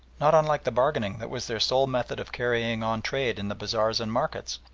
not unlike the bargaining that was their sole method of carrying on trade in the bazaars and markets,